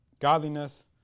Godliness